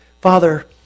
Father